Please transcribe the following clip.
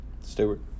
Stewart